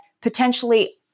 potentially